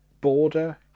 border